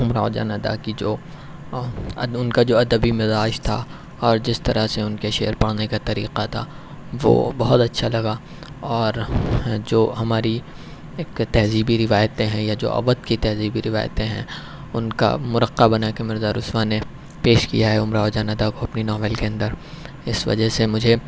امراؤ جان ادا کہ جو ان کا جو ادبی مزاج تھا اور جس طرح سے ان کے شعر پڑھنے کا طریقہ تھا وہ بہت اچھا لگا اور جو ہماری ایک تہذیبی روایتیں ہیں یا جو اودھ کی تہذیبی روایتیں ہیں ان کا مرقع بنا کے مرزا رسوا نے پیش کیا ہے امراؤ جان ادا کو اپنی ناول کے اندر اس وجہ سے مجھے